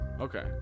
Okay